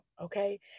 Okay